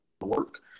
work